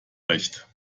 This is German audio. recht